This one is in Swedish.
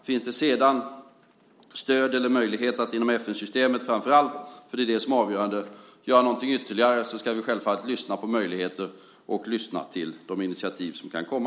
Finns det sedan stöd eller möjligheter att framför allt inom FN-systemet, det är det som är det avgörande, göra någonting ytterligare ska vi självfallet se på de möjligheterna och lyssna till de initiativ som kan komma.